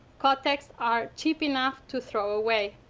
kotex are cheap enough to throw away.